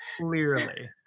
clearly